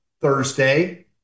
Thursday